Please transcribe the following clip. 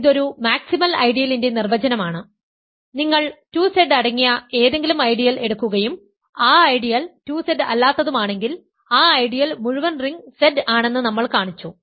കാരണം ഇത് ഒരു മാക്സിമൽ ഐഡിയലിന്റെ നിർവചനമാണ് നിങ്ങൾ 2Z അടങ്ങിയ ഏതെങ്കിലും ഐഡിയൽ എടുക്കുകയും ആ ഐഡിയൽ 2Z അല്ലാത്തതുമാണെങ്കിൽ ആ ഐഡിയൽ മുഴുവൻ റിംഗ് Z ആണെന്ന് നമ്മൾ കാണിച്ചു